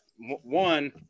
one